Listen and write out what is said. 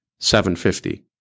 $750